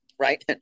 right